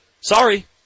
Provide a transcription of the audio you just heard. Sorry